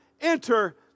enter